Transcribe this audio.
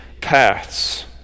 paths